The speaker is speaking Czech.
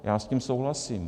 Já s tím souhlasím.